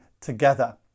together